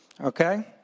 Okay